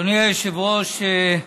אדוני היושב-ראש,